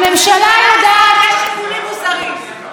הממשלה יודעת, לממשלה הזאת יש שיקולים מוסריים.